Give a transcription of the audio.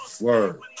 word